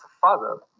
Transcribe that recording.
father